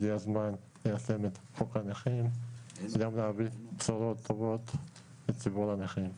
הגיע הזמן ליישם את חוק הנכים ולהביא בשורות טובות לציבור הנכים.